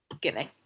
giving